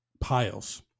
piles